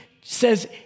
says